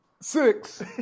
six